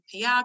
PR